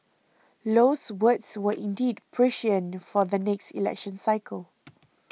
low's words were indeed prescient for the next election cycle